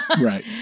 Right